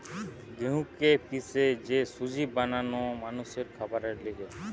গেহুকে পিষে যে সুজি বানানো মানুষের খাবারের লিগে